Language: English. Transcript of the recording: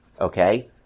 okay